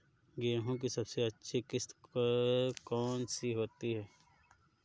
गेहूँ की सबसे अच्छी किश्त कौन सी होती है?